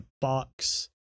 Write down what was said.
box